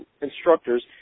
instructors